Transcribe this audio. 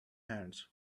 hands